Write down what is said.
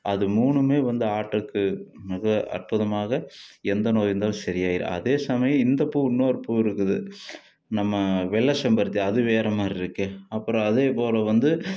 அது மூணும் வந்து ஹார்ட்டுக்கு மிக அற்புதமாக எந்த நோய் இருந்தாலும் சரியாயிடும் அதே சமயம் இந்த பூ இன்னொரு பூ இருக்குது நம்ம வெள்ளை செம்பருத்தி அது வேறு மாதிரி இருக்குது அப்புறம் அதேப் போல் வந்து